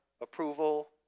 approval